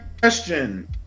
question